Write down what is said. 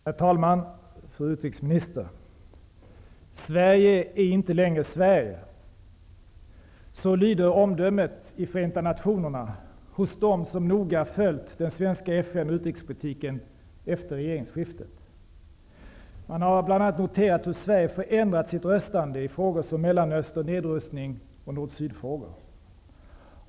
Herr talman! Fru utrikesminister! Sverige är inte längre Sverige. Så lyder omdömet i Förenta nationerna hos dem som noga följt den svenska FN och utrikespolitiken efter regeringsskiftet. Man har bl.a. noterat hur Sverige förändrat sitt röstande i frågor som Mellanöstern, nedrustning och nord-- syd-frågor.